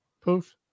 Poof